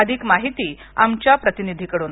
अधिक माहिती आमच्या प्रतिनिधीकडून